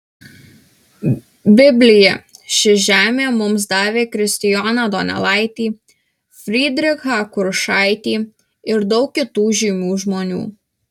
biblija ši žemė mums davė kristijoną donelaitį frydrichą kuršaitį ir daug kitų žymių žmonių